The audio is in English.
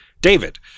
David